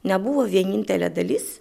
nebuvo vienintelė dalis